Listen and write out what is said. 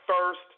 first